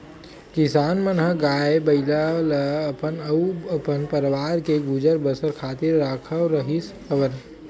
किसान मन ह गाय, बइला ल अपन अउ अपन परवार के गुजर बसर खातिर राखत रिहिस हवन